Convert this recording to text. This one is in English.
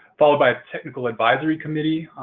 followed by a technical advisory committee,